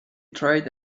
tried